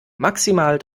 maximal